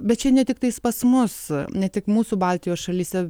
bet čia ne tiktais pas mus ne tik mūsų baltijos šalyse